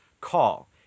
Call